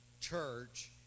church